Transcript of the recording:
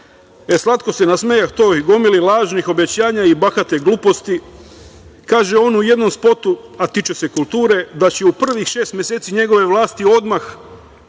rukava. Slatko se nasmejah toj gomili lažnih obećanja i bahate gluposti. Kaže on u jednom spotu, a tiče se kulture, da će u prvih šest meseci njegove vlasti odmah